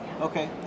Okay